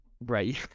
right